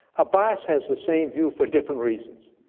abbas has the same view for different reasons.